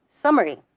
summary